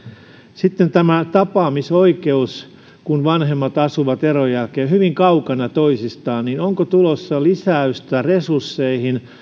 sitten tämä tapaamisoikeus kun vanhemmat asuvat eron jälkeen hyvin kaukana toisistaan niin onko tulossa lisäystä resursseihin